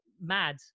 mad